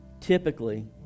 Typically